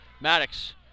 Maddox